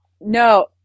No